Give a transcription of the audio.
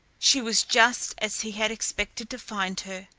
she was just as he had expected to find her.